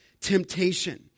temptation